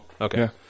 Okay